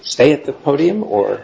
stay at the podium or